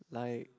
like